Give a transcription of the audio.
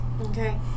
Okay